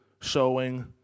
showing